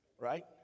right